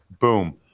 boom